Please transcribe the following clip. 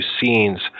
scenes